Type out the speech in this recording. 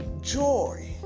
joy